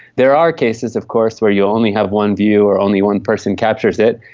there are cases of course where you only have one view or only one person captures it.